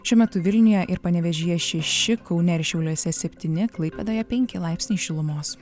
šiuo metu vilniuje ir panevėžyje šeši kaune ir šiauliuose septyni klaipėdoje penki laipsniai šilumos